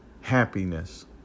happiness